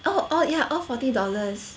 oh oh ya off forty dollars